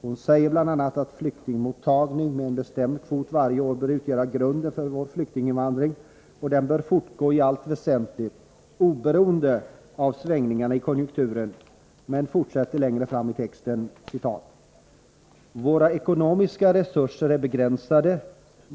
Hon säger bl.a. att flyktingmottagning med en bestämd kvot varje år bör utgöra grunden för vår flyktinginvandring och att den bör fortgå i allt väsentligt oberoende av svängningarna i konjunkturen, men fortsätter längre fram i texten: ”Våra ekonomiska resurser är begränsade.